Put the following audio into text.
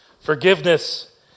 Forgiveness